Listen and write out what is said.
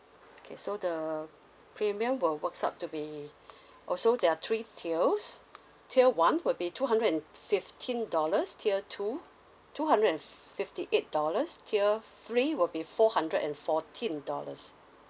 okay so the premium will works out to be also there are three tiers tier one will be two hundred and fifteen dollars tier two two hundred and fifty eight dollars tier three will be four hundred and fourteen dollars